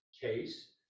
Case